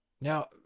Now